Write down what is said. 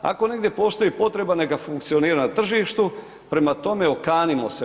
Ako negdje postoji potreba, neka funkcioniraju na tržištu, prema tome, okanimo se.